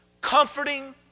comforting